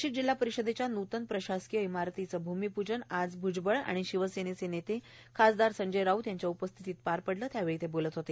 नाशिक जिल्हा परिषदेच्या नूतन प्रशासकीय इमारतीचं भूमिपूजन आज भूजबळ आणि शिवसेना नेते खासदार संजय राऊत यांच्या उपस्थितीत पार पडले त्यावेळी ते बोलत होते